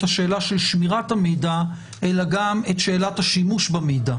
השאלה של שמירת המידע אלא גם את שאלת השימוש במידע,